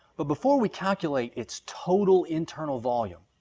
but before we calculate its total internal volume,